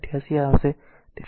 88 આવશે